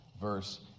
verse